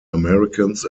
americans